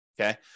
okay